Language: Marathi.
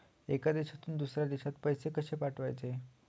एका देशातून दुसऱ्या देशात पैसे कशे पाठवचे?